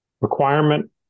requirement